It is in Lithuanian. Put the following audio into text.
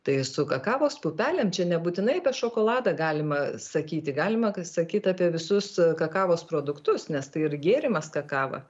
tai su kakavos pupelėm čia nebūtinai apie šokoladą galima sakyti galima sakyt apie visus kakavos produktus nes tai ir gėrimas kakava